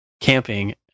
camping